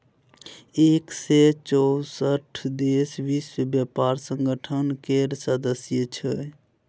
एक सय चौंसठ देश विश्व बेपार संगठन केर सदस्य छै